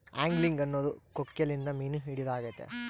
angling ಅನ್ನೊದು ಕೊಕ್ಕೆಲಿಂದ ಮೀನು ಹಿಡಿದಾಗೆತೆ